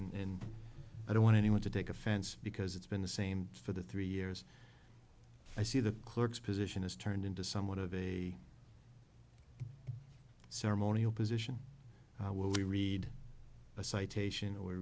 position and i don't want anyone to take offense because it's been the same for the three years i see the clerks position is turned into somewhat of a ceremonial position where we read a citation or